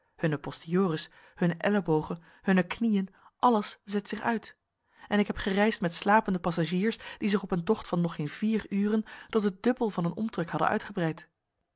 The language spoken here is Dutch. hunne posteriores hunne ellebogen hunne knieën alles zet zich uit en ik heb gereisd met slapende passagiers die zich op een tocht van nog geen vier uren tot het dubbel van hun omtrek hadden uitgebreid